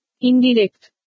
indirect